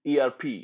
ERP